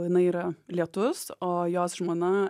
jinai yra lietus o jos žmona